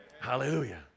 hallelujah